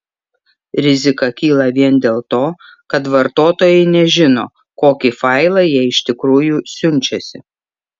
rizika kyla vien dėl to kad vartotojai nežino kokį failą jie iš tikrųjų siunčiasi